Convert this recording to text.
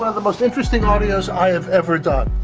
the most interesting audios i have ever done.